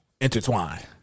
intertwine